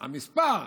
המספר,